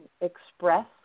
express